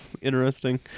interesting